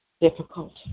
difficult